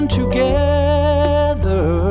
together